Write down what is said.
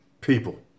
People